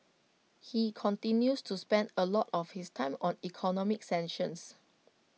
he continues to spend A lot of his time on economic sanctions